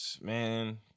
man